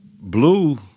Blue